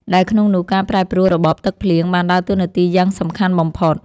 ដែលក្នុងនោះការប្រែប្រួលរបបទឹកភ្លៀងបានដើរតួនាទីយ៉ាងសំខាន់បំផុត។